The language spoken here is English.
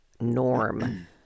norm